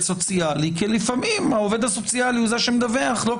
סוציאלי כי לפעמים העובד הסוציאלי הוא זה שמדווח ולא